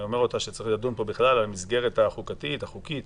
שצריך לדון פה בכלל על המסגרת החוקתית, החוקית